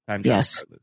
Yes